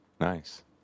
Nice